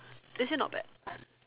actually not bad